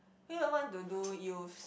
Hui-Wen want to do use